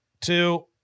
two